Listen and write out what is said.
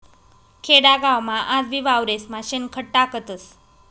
खेडागावमा आजबी वावरेस्मा शेणखत टाकतस